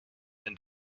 and